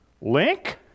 Link